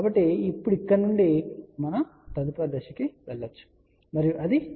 కాబట్టి ఇప్పుడు ఇక్కడ నుండి మనం తదుపరి దశకు వెళ్ళవచ్చు మరియు అదిZin